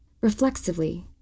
Reflexively